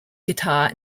guitar